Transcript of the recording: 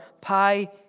pi